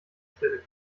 stelle